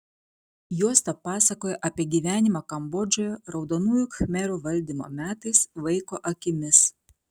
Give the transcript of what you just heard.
juosta pasakoja apie gyvenimą kambodžoje raudonųjų khmerų valdymo metais vaiko akimis